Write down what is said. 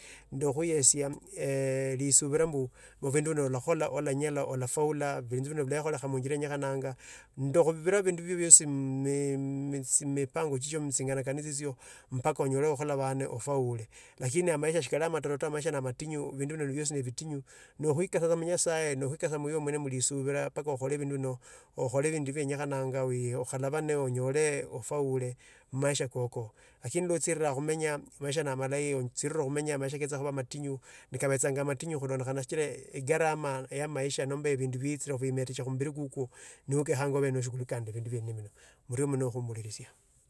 Nde khwiyesia eeh lisuvira mbu, novindu vina olakhola, olanyela olafaula, vindu vina vulai khamunjire ilenyekhananga. Ndokho viira vindu vivyo vosi mi mi mipango chicho, mutei nganakani tsitsyo mpaka enyole ukholovane ufaule. Lakinj a maisha sjikali amatoro to maisha, nana matinyu, vindu vino vyosi nevitinyu nokhwikasa tsa mu nyasaye, nokhwikasa mulisuvufa mpaka okhole vindu vino. Okhole vindu vyenyekhananga wi, okhavala na onyele ofaule mu maisha koko. Lakini lwo atsirira khumenya maisha malayi otsirire khumenya maisha ketsa khuva matinye, ni kavetsanga matinyu khulandekhana shichira e gharama ya maisha nomba vundu vjtsira khwimetesha khu mumbiri kukwo no ke khanga ovee nashughulikanga bindu vyene vino. Morio muno khumbulirisia.